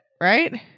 right